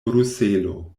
bruselo